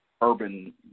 urban